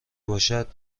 باشد